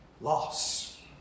loss